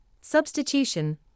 substitution